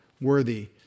worthy